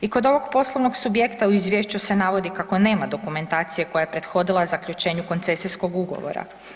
I kod ovog poslovnog subjekta u Izvješću se navodi kako nema dokumentacije koja je prethodila zaključenju koncesijskog ugovora.